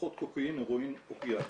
פחות קוקאין, הרואין, אופיאטיים.